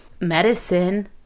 medicine